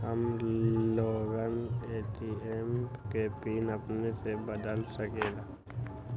हम लोगन ए.टी.एम के पिन अपने से बदल सकेला?